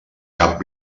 cap